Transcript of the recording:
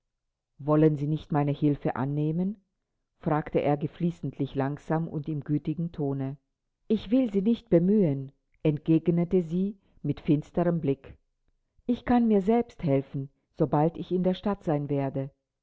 wollen sie nicht meine hilfe annehmen fragte er geflissentlich langsam und in gütigem tone ich will sie nicht bemühen entgegnete sie mit finsterem blick ich kann mir selbst helfen sobald ich in der stadt sein werde